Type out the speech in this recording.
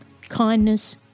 kindness